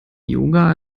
yoga